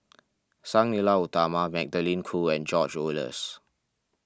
Sang Nila Utama Magdalene Khoo and George Oehlers